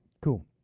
cool